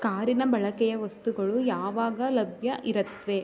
ಕಾರಿನ ಬಳಕೆಯ ವಸ್ತುಗಳು ಯಾವಾಗ ಲಭ್ಯ ಇರುತ್ವೆ